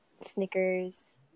Snickers